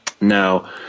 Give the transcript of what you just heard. Now